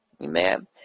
Amen